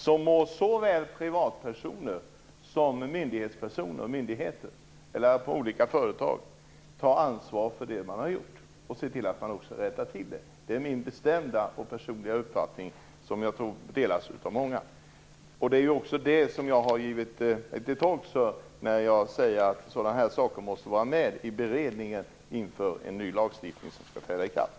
Såväl privatpersoner som myndigheter och olika företag måste ta ansvar när och om de gör sådana här fel och se till att de också rättar till dem. Det är min bestämda och personliga uppfattning, som jag tror delas av många. Detta gör jag mig också till tolk för när jag säger att sådana här frågor måste vara med i beredningen inför en ny lagstiftning som skall träda i kraft.